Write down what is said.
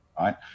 right